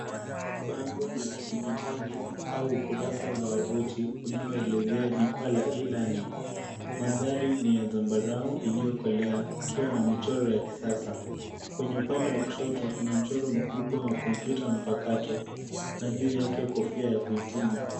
Bango la kidijitali au ukurasa wa wavuti, unaoelezea jukwaa la e-learning . Mandhari ni ya zambarau iliyokolea, ikiwa na michoro ya kisasa. Kwenye upande wa kushoto, kuna mchoro mkubwa wa kompyuta mpakato, na juu yake kofia ya kuhitimu.